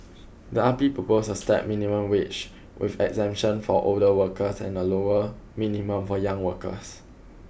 the R P proposed a stepped minimum wage with exemptions for older workers and a lower minimum for young workers